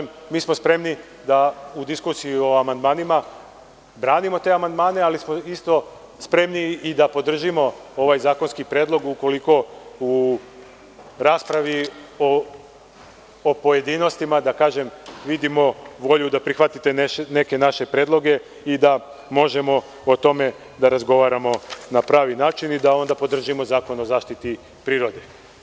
Mi smo spremni da u diskusiji o amandmanima branimo te amandmane, ali, isto tako, spremni smo i da podržimo ovaj zakonski predlog ukoliko u raspravi u pojedinostima vidimo volju da prihvatite neke naše predloge i da možemo o tome da razgovaramo na pravi način, i da u tom slučaju podržimo Zakon o zaštiti prirode.